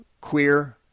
queer